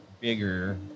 bigger